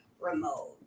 remote